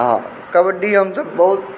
कबड्डी हमसभ बहुत